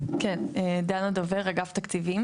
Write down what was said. לבקשת הממשלה במהלך הדיונים.